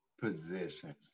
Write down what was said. position